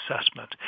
assessment